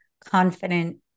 confident